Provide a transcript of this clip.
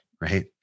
right